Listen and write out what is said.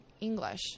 English